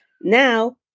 Now